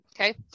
Okay